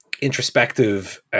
introspective